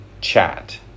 chat